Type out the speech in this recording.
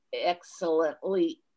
excellently